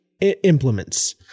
implements